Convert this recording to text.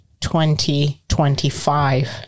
2025